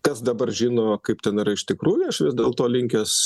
kas dabar žino kaip ten yra iš tikrųjų aš vis dėlto linkęs